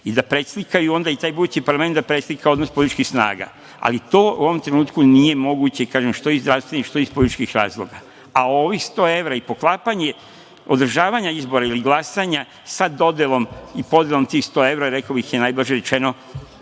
i da preslikaju onda i taj budući parlament i da preslikaju odnos političkih snaga. Ali, to u ovom trenutku nije moguće, kažem, što iz zdravstvenih, što iz političkih razloga. A ovih 100 evra i poklapanje održavanja izbora ili glasanja sa dodelom i podelom tih 100 evra je, rekao bih najblaže rečeno,